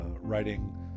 writing